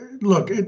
look